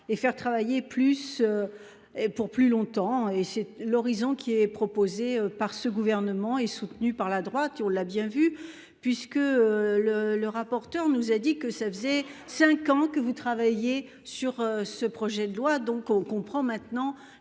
et faire travailler plus. Et pour plus longtemps et c'est l'horizon qui est proposé par ce gouvernement et soutenu par la droite et on l'a bien vu puisque le le rapporteur nous a dit que ça faisait 5 ans que vous travaillez sur ce projet de loi, donc on comprend maintenant